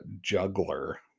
juggler